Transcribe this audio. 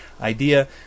idea